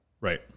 Right